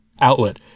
outlet